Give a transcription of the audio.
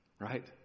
right